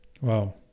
Wow